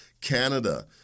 Canada